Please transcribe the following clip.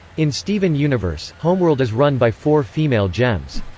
in steven universe, homeworld is run by four female gems.